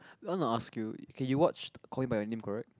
I want to ask you okay you watch call me by my name correct